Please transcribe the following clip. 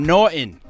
Norton